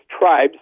tribes